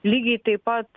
lygiai taip pat